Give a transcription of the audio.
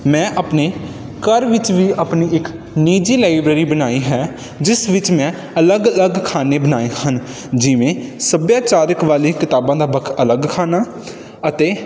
ਮੈਂ ਆਪਣੇ ਘਰ ਵਿੱਚ ਵੀ ਆਪਣੀ ਇਕ ਨਿੱਜੀ ਲਾਈਬ੍ਰੇਰੀ ਬਣਾਈ ਹੈ ਜਿਸ ਵਿੱਚ ਮੈਂ ਅਲੱਗ ਅਲੱਗ ਖਾਨੇ ਬਣਾਏ ਹਨ ਜਿਵੇਂ ਸੱਭਿਆਚਾਰਕ ਵਾਲੇ ਕਿਤਾਬਾਂ ਦਾ ਵੱਖ ਅਲੱਗ ਖਾਨਾ ਅਤੇ